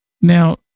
Now